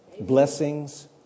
blessings